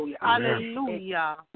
Hallelujah